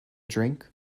drink